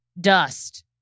dust